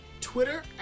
twitter